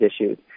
issues